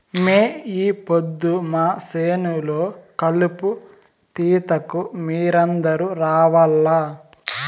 మే ఈ పొద్దు మా చేను లో కలుపు తీతకు మీరందరూ రావాల్లా